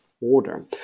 order